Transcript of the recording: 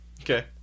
Okay